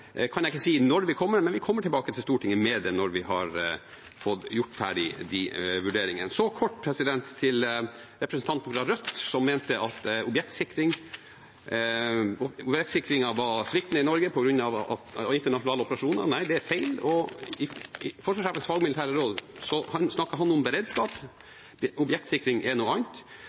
kan jeg ikke si når vi kommer, men vi kommer tilbake til Stortinget med det når vi har fått gjort ferdig de vurderingene. Kort til representanten fra Rødt, som mente at objektsikringen var sviktende i Norge på grunn av internasjonale operasjoner: Nei, det er feil. I forsvarssjefens fagmilitære råd snakker han om beredskap. Objektsikring er noe annet.